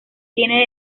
tiene